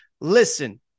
Listen